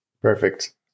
Perfect